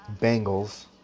Bengals